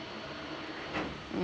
mm